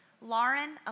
Lauren